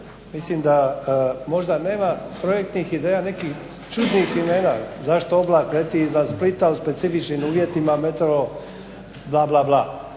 Mislim da možda nema projektnih ideja nekih čudnih imena. Zašto oblak leti iznad Splita u specifičnim uvjetima meteo … bla, bla, bla.